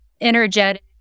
energetic